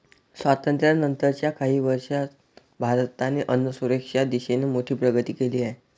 स्वातंत्र्यानंतर च्या काही वर्षांत भारताने अन्नसुरक्षेच्या दिशेने मोठी प्रगती केली आहे